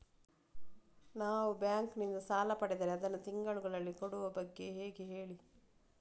ನಾವು ಬ್ಯಾಂಕ್ ನಿಂದ ಸಾಲ ಪಡೆದರೆ ಅದನ್ನು ತಿಂಗಳುಗಳಲ್ಲಿ ಕೊಡುವ ಬಗ್ಗೆ ಹೇಗೆ ಹೇಳಿ